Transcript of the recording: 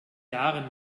jahren